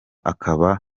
akaba